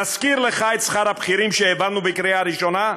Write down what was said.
נזכיר לך את שכר הבכירים שהעברנו בקריאה ראשונה,